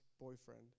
boyfriend